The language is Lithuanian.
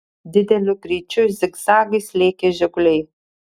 dideliu greičiu zigzagais lėkė žiguliai